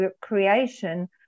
creation